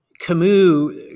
Camus